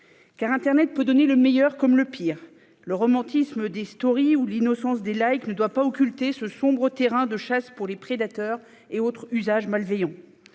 Internet peut en effet donner le meilleur comme le pire. Le romantisme des ou l'innocence des ne doivent pas occulter ce sombre terrain de chasse pour les prédateurs et autres usagers malveillants.